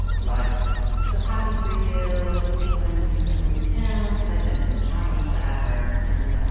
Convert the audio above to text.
like. i'm so happy for you. you're finally settling down cause i'd been traveling forever. and,